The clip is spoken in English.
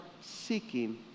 seeking